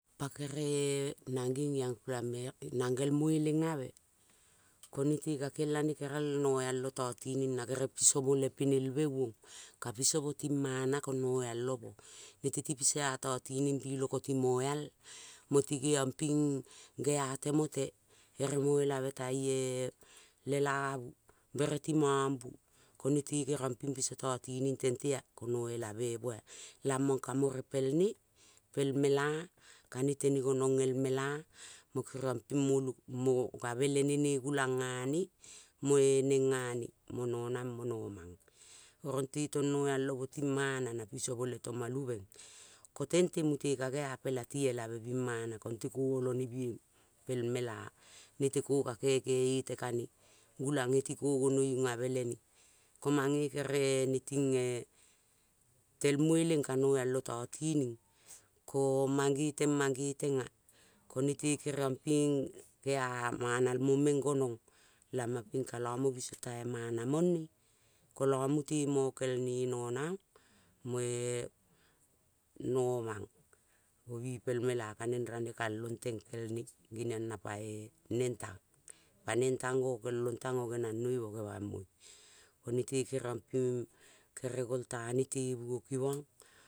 Pa kere-ee nang nging young pela man nang ngel mudeng ngave, ko nete kakelane gerel no-eal o to tining na gerel piso vmo le penelve uong. ka piso vmo ting vmana ko no-eal o vmo. nete ti pisa totining vuloko ti mo-eal mo ti geiong pirig ngea temote. vere ti mo-elave tai-ee lelavu. vere ti mong bu. ko nete keriong ping piso totining tente ea. ko no elavemo ea. lamong ka mo repel ne. pel mela. ka ne tene gonong el mela mo geong ping mo gavene le ne mo gulang nga ne mo ee neng nga ne mo nonang mo nomang mo nomang. oronte tong noal o mo ting mana na piso mo le tomulu meng. ko tente mute ka geapela ti elave bing mana konete ke olone pel mela. nete ko ke keke ete kane. ko gulang nge ko gonoiung abe le ne. ko mange kere-e ne ting ee tel mueleng ka no al o totining ko mange mangeteng. mangeteng ea. ko nete kenong ping kea manal mo meng gonong lamong kamo biso tai mana mone kolo mute mokel ne nonang moenomang ka neng ranekalong kel ne mange long pa neng tang. pa neng tang ngo kel ong kel ong o ngengmang mot mo ngenangoi. ko nete kere gol tango tereng te bunoki mong